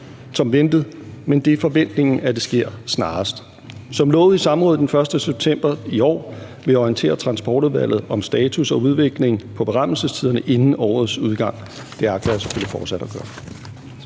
udgang, men det er forventningen, at det sker snarest. Som lovet i samrådet den 1. september i år vil jeg orientere Transportudvalget om status og udvikling på berammelsestiderne inden årets udgang. Det agter jeg selvfølgelig fortsat at gøre.